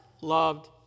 loved